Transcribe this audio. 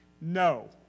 No